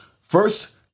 First